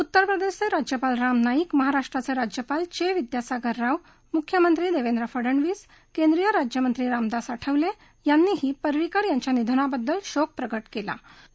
उत्तरप्रदेशचे राज्यपाल राम नाईक महाराष्ट्राचे राज्यपाल चे विद्यासागर राव मुख्यमंत्री देवेंद्र फडणवीस केंद्रीय राज्यमंत्री रामदास आठवले यांनीही परिंकर यांच्या निधनाबद्दल शोक प्रकट केला आहे